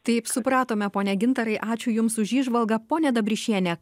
taip supratome pone gintarai ačiū jums už įžvalgą pone dabrišiene